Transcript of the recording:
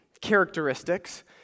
characteristics